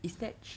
ya